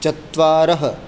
चत्वारः